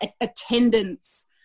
attendance